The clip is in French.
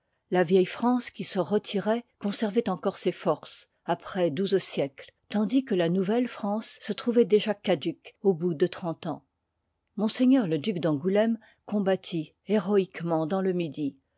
la vieille france qui se retiroit conservoit encore ses forces après douze siècles tandis que la nouvelle france se trouvoit déjà caduque au bout de trente ans ms le duc d'angoulème combattit héroïquement dans le midi